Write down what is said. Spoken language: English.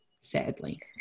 sadly